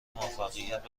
موفقیت